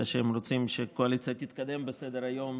שהם רוצים שהקואליציה תתקדם הלאה